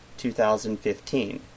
2015